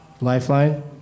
Lifeline